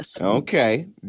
Okay